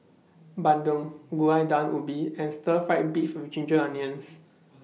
Bandung Gulai Daun Ubi and Stir Fried Beef with Ginger Onions